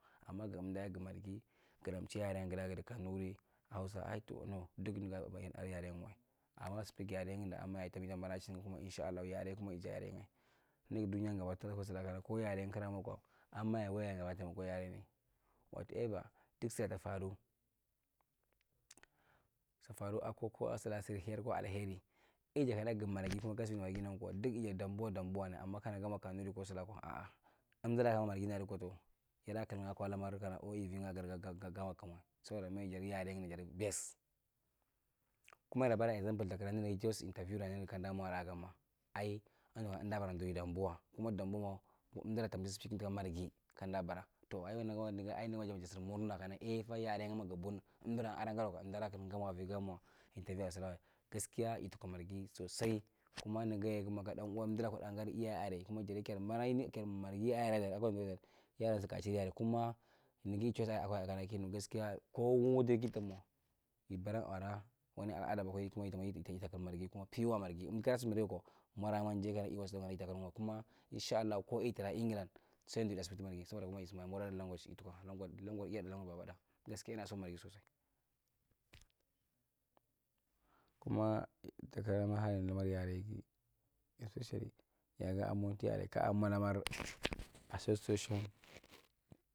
Ama gumdae gumargi gumchi yarengae gira gidi kanuri hausa ah dono duk nigan birbirchi adi yarenguwae ama speak yrenguda ama yaye tambi tambana chinga kuma inshallahu yare kuma jamakjaleme ninige dunyan gaba tulako sulaka ko yare kugra mwa kwa ama yaye wai yaye gabba tamwa kuda dumai whatever duk sura tafaru tafaru akwa tafaru akwa kwa kana surhiar kwa alheri ei jaddi kana gumargi ko gasa kina dik ijadi dambuwa dambuwan arna kana gamwa kanuri ko sulaa kura aa emduraa mwa marginaadi kwa dow yadak’lnge kwa lamar kana waivida gir ga ga gamwa kimaka saboda maye jedi yare jadi bast kuma labaran example tukira ninigi just interview ta ninigi kandaamwala a gamma ai kia nukana emda bara dur dambuwa kuma dambuwa ma emdura tamzi speaking tuka margi kandabara tow a’nigwae nigi ai nigamma ju sir murna kana a yare ngma gubun emdura adai gadiwaka emdaada kalli gamwa vi gammawae interview sulaare gaskia itikna margi sosai kuma nigan ye ka dan uwa emdura kudaa gadi iya’are kuma jarye kiyar bana imi kayar margi yardan akwa viadar kiyar razigaachin yare kuma nigi ichurara kinu gaskia ko wudir kita mwa ibraan araa wani alada kuma itnwi wi itu kil pure margi emgasikudako morama ajigae yusakwa kuma inshallahu ko itra engilan sai speak tu margi itukwa language iyada tuka babada gaskia inason margi sosai kuma takira kuma tikira mahadimar yaregi especialli yaagi a monti rae kaamwa lamar association.